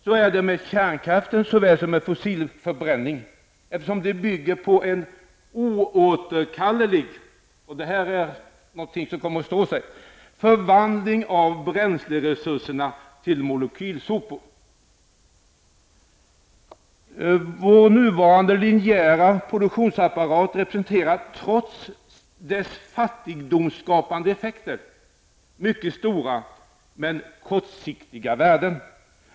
Så är det med såväl kärnkraft som fossilförbränning, eftersom de bygger på en oåterkallelig -- och det här är någonting som kommer att stå sig -- förvandling av bränsleresurserna till molekylsopor. Vår nuvarande linjära produktionsapparat representerar, trots dess fattigdomsskapande effekter, mycket stora men kortsiktiga värden.